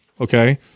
Okay